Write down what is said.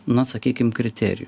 na sakykim kriterijų